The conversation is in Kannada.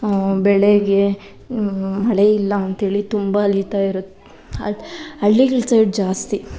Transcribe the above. ಬೆಳೆಗೆ ಮಳೆಯಿಲ್ಲ ಅಂತ ಹೇಳಿ ತುಂಬಾ ಅಲೀತಾ ಇರುತ್ತೆ ಹಳ್ಳಿಗ್ಳ ಸೈಡ್ ಜಾಸ್ತಿ